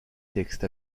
textes